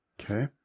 Okay